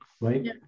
right